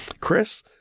Chris